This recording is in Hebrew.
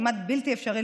כמעט בלתי אפשרי,